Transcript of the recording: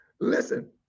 Listen